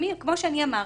כמו שאני אמרתי,